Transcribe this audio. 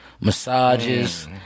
Massages